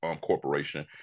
corporation